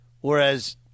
Whereas